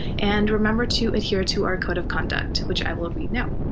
and remember to adhere to our code of conduct, which i will read now.